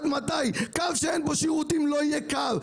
קו שאין בו שירותים לא יפעל.